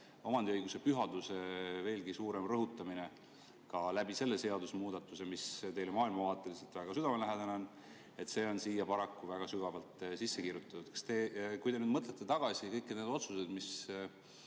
omandiõiguse pühaduse veelgi suurem rõhutamine ka läbi selle seadusemuudatuse, mis teile maailmavaateliselt väga südamelähedane on, on siia paraku väga sügavalt sisse kirjutatud. Kui te mõtlete tagasi kõigi nende otsuste